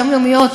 היומיומיות,